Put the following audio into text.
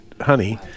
honey